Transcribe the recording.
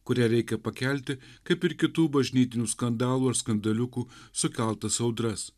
kurią reikia pakelti kaip ir kitų bažnytinių skandalų skandaliukų sukeltas audras